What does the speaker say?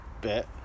bit